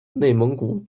内蒙古